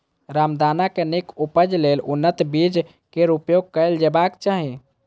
रामदाना के नीक उपज लेल उन्नत बीज केर प्रयोग कैल जेबाक चाही